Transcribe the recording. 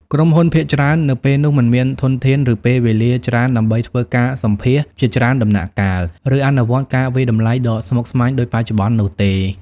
ក្រុមហ៊ុនភាគច្រើននៅពេលនោះមិនមានធនធាន ឬពេលវេលាច្រើនដើម្បីធ្វើការសម្ភាសន៍ជាច្រើនដំណាក់កាល ឬអនុវត្តការវាយតម្លៃដ៏ស្មុគស្មាញដូចបច្ចុប្បន្ននោះទេ។